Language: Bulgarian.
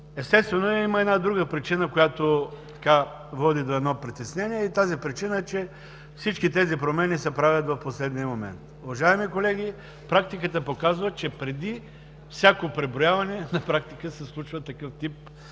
Естествено, има и една друга причина, която води до притеснение, и тя е, че всички тези промени се правят в последния момент. Уважаеми колеги, практиката показва, че преди всяко преброяване се случват такъв тип